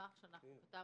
מסמך שאנחנו כתבנו,